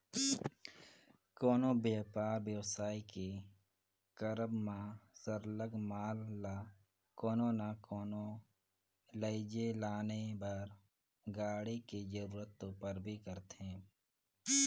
कोनो बयपार बेवसाय के करब म सरलग माल ल कोनो ना कोनो लइजे लाने बर गाड़ी के जरूरत तो परबे करथे